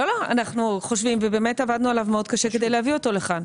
אנחנו חושבים ובאמת עבדנו עליו מאוד קשה כדי להביא אותו לכאן.